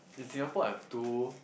in Singapore I have two